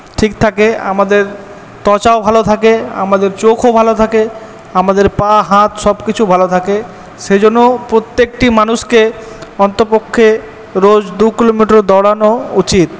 ঠিক থাকে আমাদের ত্বক ভালো থাকে আমাদের চোখও ভালো থাকে আমাদের পা হাত সবকিছু ভালো থাকে সেজন্য প্রত্যেকটি মানুষকে অন্তপক্ষে রোজ দু কিলোমিটার দৌড়ানো উচিৎ